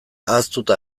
ahaztuta